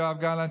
יואב גלנט,